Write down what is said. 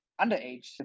underage